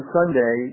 Sunday